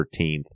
13th